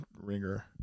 ringer